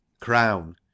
crown